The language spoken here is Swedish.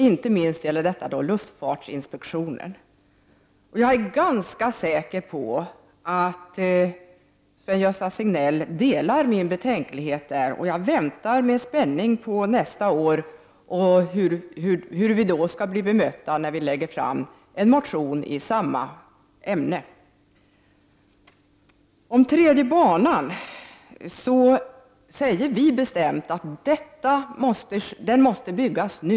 Detta gäller inte minst luftfartsinspektionen. Jag är ganska säker på att Sven-Gösta Signell delar min betänksamhet. Jag väntar med spänning på hur vi nästa år skall bli bemötta när vi kommer att lägga fram en motion i samma ämne. Vi säger bestämt att den tredje banan måste byggas nu.